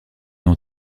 n’en